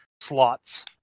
slots